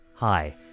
Hi